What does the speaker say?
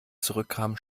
zurückkam